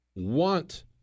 want